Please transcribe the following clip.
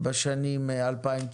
בשנים 2019,